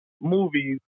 movies